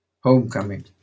Homecoming